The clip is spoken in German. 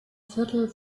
viertel